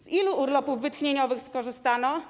Z ilu urlopów wytchnieniowych skorzystano?